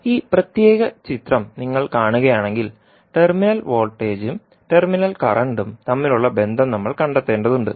ഈ പ്രത്യേക ചിത്രം നിങ്ങൾ കാണുകയാണെങ്കിൽ ടെർമിനൽ വോൾട്ടേജും ടെർമിനൽ കറന്റും തമ്മിലുള്ള ബന്ധം നമ്മൾ കണ്ടെത്തേണ്ടതുണ്ട്